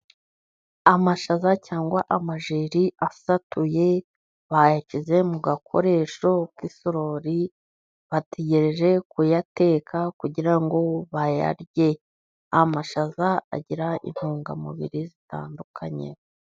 Amashaza cyangwa amajeri asatuye bayashyize mu gakoresho k'isorori, bategereje kuyateka kugira ngo bayarye. Amashaza agira intungamubiri zitandukanye.